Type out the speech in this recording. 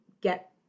get